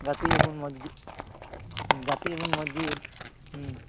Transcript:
ᱜᱟᱹᱛᱮᱜ ᱟᱵᱚᱱ ᱢᱚᱡᱽ ᱜᱮ ᱜᱟᱛᱮᱜ ᱟᱵᱚᱱ ᱢᱚᱡᱽ ᱜᱮ